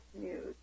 news